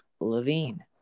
Levine